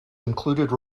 included